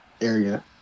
area